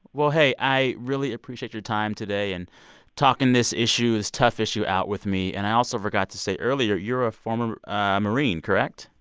well, hey, i really appreciate your time today and talking this issue, this tough issue out with me. and i also forgot to say earlier, you're a former marine, correct?